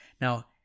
Now